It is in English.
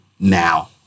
now